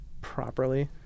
properly